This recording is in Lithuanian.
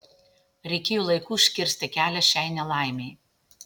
reikėjo laiku užkirsti kelią šiai nelaimei